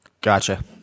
Gotcha